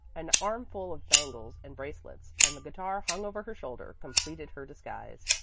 an armful of bangles and bracelets, and the guitar hung over her shoulder, completed her disguise.